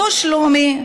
אותו שלומי,